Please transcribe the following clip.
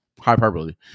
hyperbole